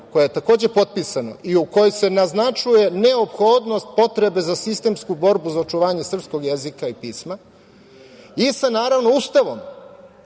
koja je takođe potpisana i u kojoj se naznačuje neophodnost potrebe za sistemsku borbu za očuvanje sprskog jezika i pisma, i naravno, sa Ustavom